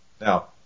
Now